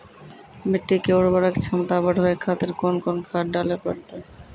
मिट्टी के उर्वरक छमता बढबय खातिर कोंन कोंन खाद डाले परतै?